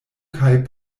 kaj